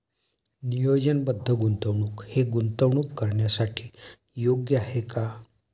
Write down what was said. नियोजनबद्ध गुंतवणूक हे गुंतवणूक करण्यासाठी योग्य आहे का?